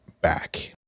back